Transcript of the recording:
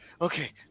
okay